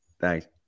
Thanks